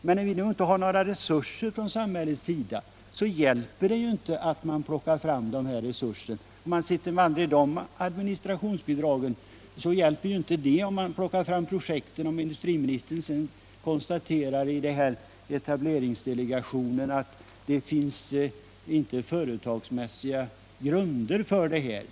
Men vilka administrationsbidrag man än har så hjälper det inte att vi plockar fram projekt, om industriministern sedan konstaterar i etableringsdelegationen att det inte finns företagsmässiga grunder för etableringen.